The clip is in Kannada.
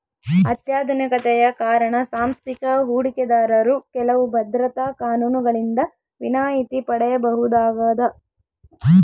ಅತ್ಯಾಧುನಿಕತೆಯ ಕಾರಣ ಸಾಂಸ್ಥಿಕ ಹೂಡಿಕೆದಾರರು ಕೆಲವು ಭದ್ರತಾ ಕಾನೂನುಗಳಿಂದ ವಿನಾಯಿತಿ ಪಡೆಯಬಹುದಾಗದ